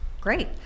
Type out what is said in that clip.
Great